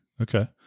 Okay